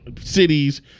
cities